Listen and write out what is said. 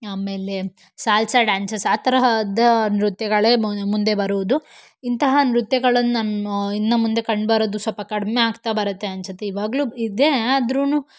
ಆಮೇಲೆ salsa dances ಆ ತರಹದ ನೃತ್ಯಗಳೇ ಮುಂದೆ ಬರೋದು ಇಂತಹ ನೃತ್ಯಗಳನ್ನು ನಾನು ಇನ್ನು ಮುಂದೆ ಕಂಡು ಬರೋದು ಸ್ವಲ್ಪ ಕಡಿಮೆ ಆಗ್ತಾ ಬರುತ್ತೆ ಅನಿಸುತ್ತೆ ಇವಾಗಲೂ ಇದೆ ಆದ್ರೂ